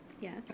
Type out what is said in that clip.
yes